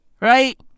Right